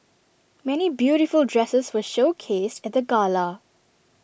many beautiful dresses were showcased at the gala